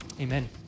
Amen